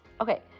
Okay